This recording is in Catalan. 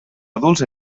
adults